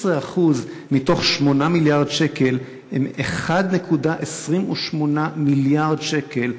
16% מ-8 מיליארד שקל הם 1.28 מיליארד שקל,